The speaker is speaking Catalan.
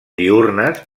diürnes